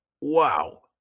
wow